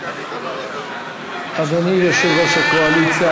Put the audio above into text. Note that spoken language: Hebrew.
אדוני יושב-ראש הקואליציה,